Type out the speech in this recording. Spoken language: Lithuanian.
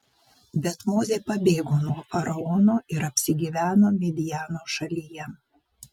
bet mozė pabėgo nuo faraono ir apsigyveno midjano šalyje